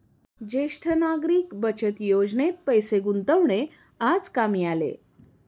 ज्येष्ठ नागरिक बचत योजनेत पैसे गुंतवणे आज कामी आले